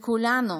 כולנו